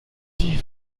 die